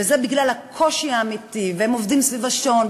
וזה בגלל הקושי האמיתי: הם עובדים סביב השעון,